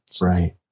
Right